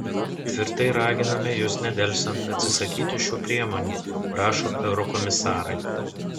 tvirtai raginame jus nedelsiant atsisakyti šių priemonių rašo eurokomisarai